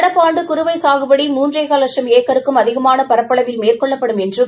நடப்பு ஆண்டு குறுவை சாகுபடி மூன்றேகால் லட்சம் ஏக்கருக்கும் அதிகமான பரப்பளவில் மேற்கொள்ளப்படும் என்றும்